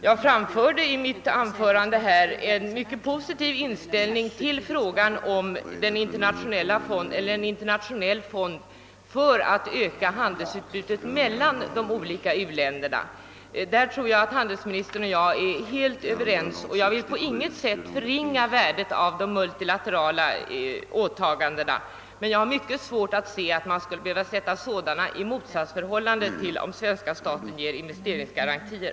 Jag framförde i mitt anförande en mycket positiv inställning till frågan om en internationell fond för att öka handelsutbytet meilan de olika u-länderna. Jag tror att handelsministern och jag är helt överens om betydelsen av en sådan, och jag vill på intet sätt förringa värdet av de multilaterala åtagandena. Jag har emellertid mycket svårt att förstå att man behöver sätta dem i motsatsförhållande till svenska statens möjligheter att lämna investeringsgarantier.